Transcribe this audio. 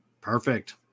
Perfect